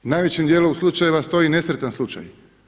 I najvećem djelu slučajeva stoji nesretan slučaj.